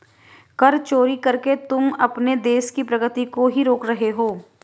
कर की चोरी करके तुम अपने देश की प्रगती को ही रोक रहे हो